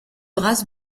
race